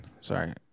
sorry